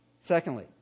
Secondly